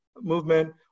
movement